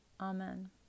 Amen